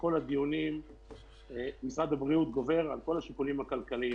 ובכל הדיונים משרד הבריאות גובר על כל השיקולים הכלכליים.